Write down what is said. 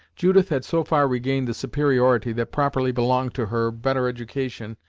judith had so far regained the superiority that properly belonged to her better education,